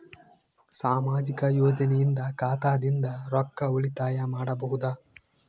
ಸಾಮಾಜಿಕ ಯೋಜನೆಯಿಂದ ಖಾತಾದಿಂದ ರೊಕ್ಕ ಉಳಿತಾಯ ಮಾಡಬಹುದ?